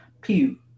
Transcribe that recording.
pew